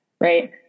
right